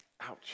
Ouch